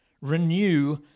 Renew